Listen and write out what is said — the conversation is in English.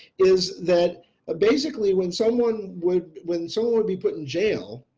is that ah basically when someone would when someone would be put in jail.